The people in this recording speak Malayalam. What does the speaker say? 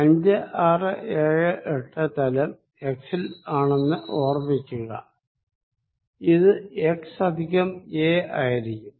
5 6 7 8 പ്ലെയ്ൻ x ൽ ആണെന്ന് ഓർമ്മിക്കുക ഇത് x പ്ലസ് a ആയിരിക്കും